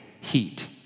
heat